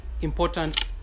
important